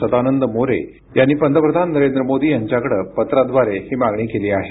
सदानंद मोरे यांनी पंतप्रधान नरेंद्र मोदी यांच्याकडे पत्राद्वारे ही मागणी केली आहे